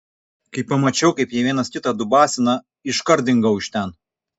kai pamačiau kaip jie vienas kitą dubasina iškart dingau iš ten